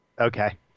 Okay